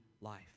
life